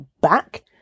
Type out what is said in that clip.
back